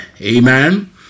Amen